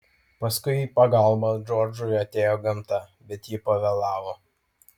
paskui į pagalbą džordžui atėjo gamta bet ji pavėlavo